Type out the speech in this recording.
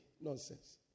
Nonsense